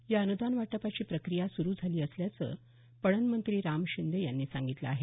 या अनुदान वाटपाची प्रक्रिया सुरू झाली असल्याचं पणनमंत्री राम शिंदे यांनी सांगितलं आहे